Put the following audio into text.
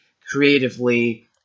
creatively